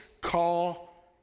call